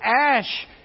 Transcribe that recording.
ash